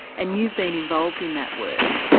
and you've been involved in that work.